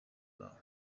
bawe